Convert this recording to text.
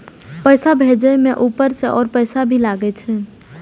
पैसा भेजे में ऊपर से और पैसा भी लगे छै?